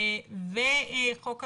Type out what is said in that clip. וחוק המצלמות,